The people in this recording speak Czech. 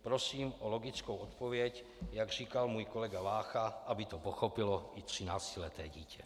Prosím o logickou odpověď jak říkal můj kolega Vácha, aby to pochopilo i třináctileté dítě.